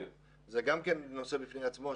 גם זה נושא בפני עצמו,